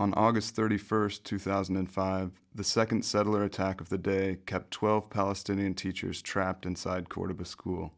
on august thirty first two thousand and five the second settler attack of the day kept twelve palestinian teachers trapped inside quarter of a school